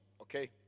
Okay